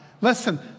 Listen